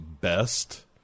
best